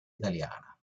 italiana